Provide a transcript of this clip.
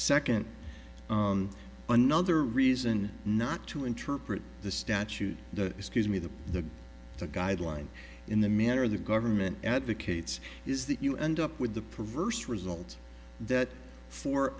second another reason not to interpret the statute the excuse me the the the guideline in the manner the government advocates is that you end up with a perverse result that fo